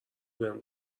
بهم